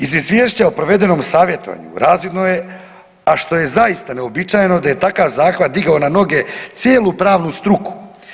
Iz izvješća o provedenom savjetovanju razvidno je, a što je zaista neuobičajeno da je takav zahvat digao na noge cijelu pravnu struku.